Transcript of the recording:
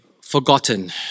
forgotten